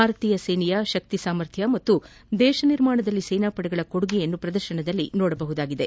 ಭಾರತೀಯ ಸೇನೆಯ ಶಕ್ತಿ ಸಾಮರ್ಥ್ಯ ಹಾಗೂ ದೇಶ ನಿರ್ಮಾಣದಲ್ಲಿ ಸೇನಾ ಪಡೆಗಳ ಕೊಡುಗೆಯನ್ನು ಪ್ರದರ್ಶನದಲ್ಲಿ ನೋಡಬಹುದಾಗಿದೆ